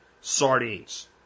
sardines